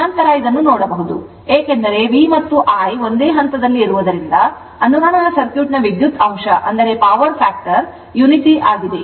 ನಂತರ ಇದನ್ನು ನೋಡಬಹುದು ಏಕೆಂದರೆ V ಮತ್ತು I ಒಂದೇ ಹಂತದಲ್ಲಿರುವುದರಿಂದ ಅನುರಣನ ಸರ್ಕ್ಯೂಟ್ನ ವಿದ್ಯುತ್ ಅಂಶವು 1 ಆಗಿದೆ